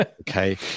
Okay